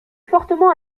fortement